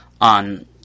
on